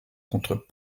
contre